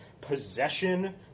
possession